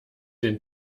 den